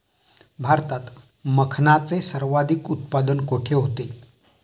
भारतात मखनाचे सर्वाधिक उत्पादन कोठे होते?